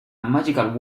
magical